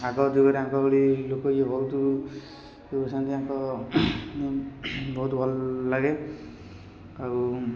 ଆଗ ଲୋକ ବି ବହୁତ ଇଏ ହେଉଛନ୍ତି ଆଙ୍କର ବହୁତ ଭଲଲାଗେ ଆଉ